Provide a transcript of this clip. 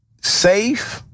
safe